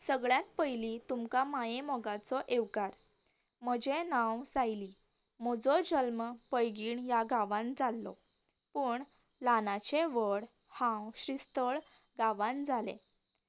सगळ्यांत पयली तुमकां मायेमोगाचो येवकार म्हजे नांव सायली म्हजो जल्म पैंगीण ह्या गांवान जाल्लो पूण ल्हानाचे व्हड हांव श्रीस्थळ गांवान जाले